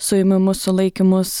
suėmimus sulaikymus